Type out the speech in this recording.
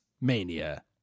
Mania